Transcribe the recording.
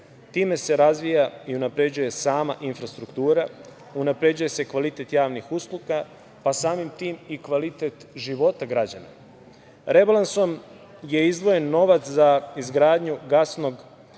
Time se razvija i unapređuje sama infrastruktura, unapređuje se kvalitet javnih usluga, pa samim tim i kvalitet života građana. Rebalansom je izdvojen novac za izgradnju gasnog